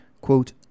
quote